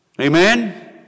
Amen